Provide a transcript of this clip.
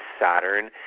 Saturn